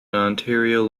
ontario